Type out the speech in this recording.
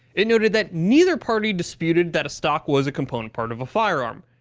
it noted that neither party disputed that a stock was a component part of a firearm.